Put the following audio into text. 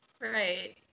Right